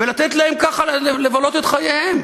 ולתת להם ככה לבלות את חייהם?